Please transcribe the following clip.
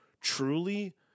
truly